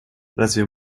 разве